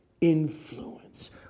influence